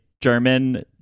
German